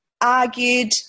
argued